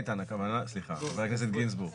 חבר הכנסת גינזבורג,